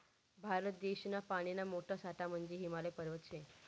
भारत देशना पानीना मोठा साठा म्हंजे हिमालय पर्वत शे